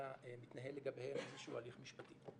מתנהל לגביהן איזה שהוא הליך משפטי.